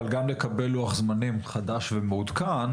אבל גם לקבל לוח זמנים חדש ומעודכן,